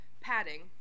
padding